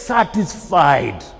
Satisfied